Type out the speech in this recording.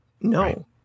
no